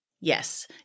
Yes